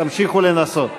תמשיכו לנסות.